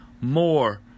more